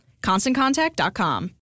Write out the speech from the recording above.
ConstantContact.com